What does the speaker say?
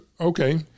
Okay